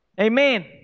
Amen